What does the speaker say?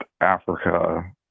Africa